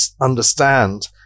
understand